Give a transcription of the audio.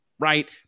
Right